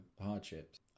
hardships